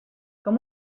com